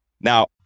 Now